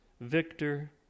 Victor